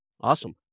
Awesome